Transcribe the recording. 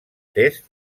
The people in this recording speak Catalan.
test